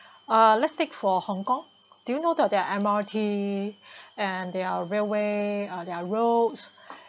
ah let's take for hong kong do you know that their M_R_T and their railway uh their roads